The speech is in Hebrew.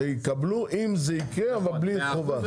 הם יקבלו, אם זה יקרה, אבל בלי החובה.